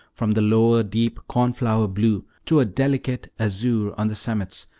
from the lower deep cornflower blue to a delicate azure on the summits,